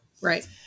Right